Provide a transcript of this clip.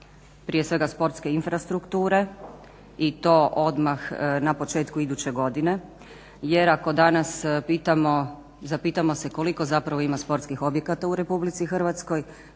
prije svega sportske infrastrukture i to odmah na početku iduće godine jer ako danas zapitamo se koliko zapravo ima sportskih objekata u RH, koliko